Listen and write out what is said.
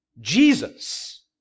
Jesus